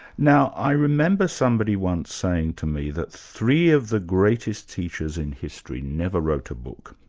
now i remember somebody once saying to me that three of the greatest teachers in history never wrote a book,